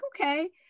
okay